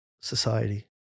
society